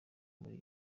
muri